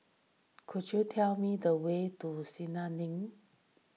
could you tell me the way to Senja Link